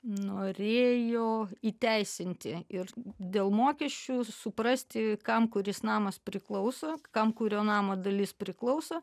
norėjo įteisinti ir dėl mokesčių suprasti kam kuris namas priklauso kam kurio namo dalis priklauso